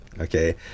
okay